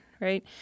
right